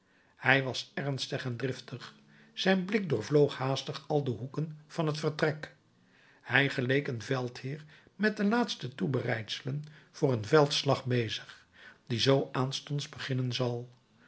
hij was ernstig en driftig zijn blik doorvloog haastig al de hoeken van t vertrek hij geleek een veldheer met de laatste toebereidselen voor een veldslag bezig die zoo aanstonds beginnen zal